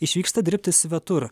išvyksta dirbti svetur